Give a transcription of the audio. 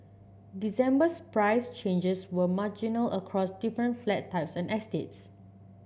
December's price changes were marginal across different flat types and estates